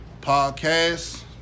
Podcast